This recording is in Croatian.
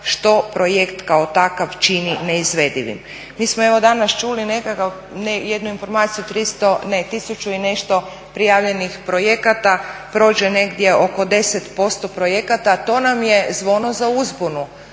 što projekt kao takav čini neizvedivim. Mi smo evo danas čuli jednu informaciju o tisuću i nešto prijavljenih projekata, a prođe negdje oko 10% projekata. To nam je zvono za uzbunu.